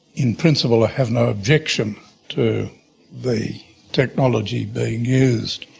in principle i have no objection to the technology being used.